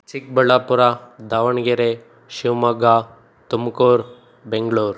Chikkaballapur Davangere Shimoga Tumkur Bengaluru